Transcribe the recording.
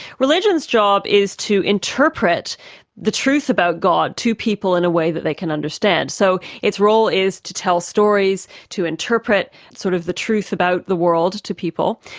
religion's job is to interpret the truth about god to people in a way that they can understand. so its role is to tell stories, to interpret sort of the truth about the world to people,